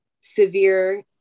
severe